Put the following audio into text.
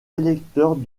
électeurs